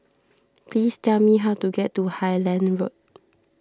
please tell me how to get to Highland Road